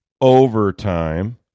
overtime